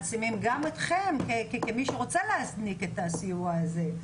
חסרים ומעצימים גם אתכם כמי שרוצים להזניק את הסיוע הזה.